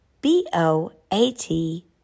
B-O-A-T